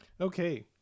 Okay